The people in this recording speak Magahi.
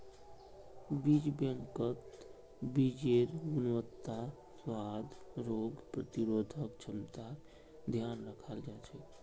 बीज बैंकत बीजेर् गुणवत्ता, स्वाद, रोग प्रतिरोधक क्षमतार ध्यान रखाल जा छे